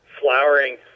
flowering